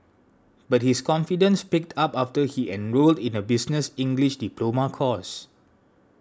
but his confidence picked up after he enrolled in a business English diploma course